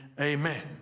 amen